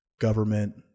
government